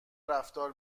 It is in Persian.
رفتار